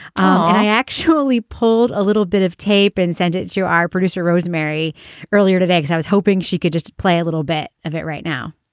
i actually pulled a little bit of tape and sent it to our producer rosemary earlier today. so i was hoping she could just play a little bit of it right now